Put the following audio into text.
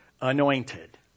anointed